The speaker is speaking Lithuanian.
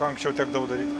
ką anksčiau tekdavo daryt